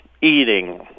eating